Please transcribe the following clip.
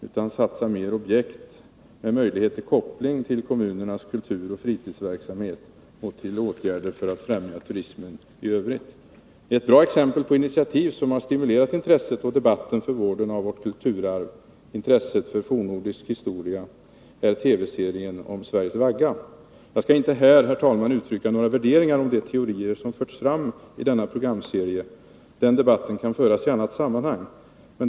Man borde satsa mer på objekt som ger möjlighet till koppling till kommunernas kulturoch fritidsverksamhet och till åtgärder för att främja turismen i övrigt. Ett bra exempel på ett initiativ som har stimulerat intresset för och debatten om vården av vårt kulturarv och intresset för fornnordisk historia är TV-serien om Sveriges vagga. Jag skall inte här, herr talman, uttrycka några värderingar om de teorier som har förts fram i denna programserie. Den debatten kan föras i annat sammanhang.